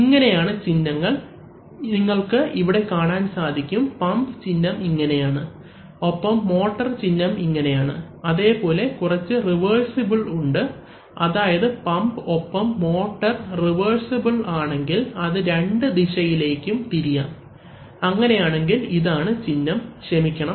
ഇങ്ങനെയാണ് ചിഹ്നങ്ങൾ നിങ്ങൾക്ക് ഇവിടെ കാണാൻ സാധിക്കും പമ്പ് ചിഹ്നം ഇങ്ങനെയാണ് ഒപ്പം മോട്ടോർ ചിഹ്നം ഇങ്ങനെയാണ് അതേപോലെ കുറച്ച് റിവേഴ്സിബിൾ ഉണ്ട് അതായത് പമ്പ് ഒപ്പം മോട്ടർ റിവേഴ്സിബിൾ ആണെങ്കിൽ അത് രണ്ട് ദിശയിലേക്കും തിരിയാം അങ്ങനെയാണെങ്കിൽ ഇതാണ് ചിഹ്നം ക്ഷമിക്കണം